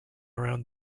around